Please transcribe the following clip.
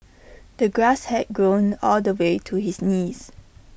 the grass had grown all the way to his knees